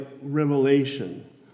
Revelation